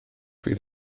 fydd